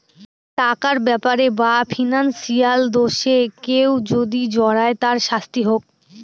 টাকার ব্যাপারে বা ফিনান্সিয়াল দোষে কেউ যদি জড়ায় তার শাস্তি হোক